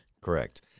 correct